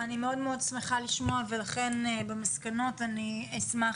אני מאוד שמחה לשמוע ולכן במסקנות אני אשמח